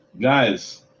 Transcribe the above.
Guys